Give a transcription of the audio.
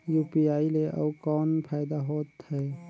UPI ले अउ कौन फायदा होथ है?